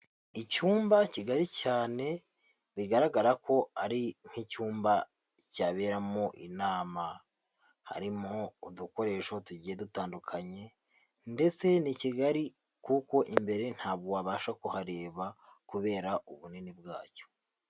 Icyumba kigari cyane bigaragara ko ari nk'icyumba cyaberamo inama, harimo udukoresho tugiye dutandukanye ndetse ni kigari, kuko imbere ntabwo wabasha kuhareba kubera ubunini bwacyo.